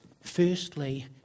Firstly